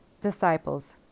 disciples